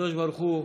הקדוש ברוך הוא,